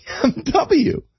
BMW